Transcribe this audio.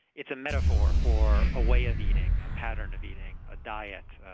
it's a metaphor for a way of eating, a pattern of eating, a diet,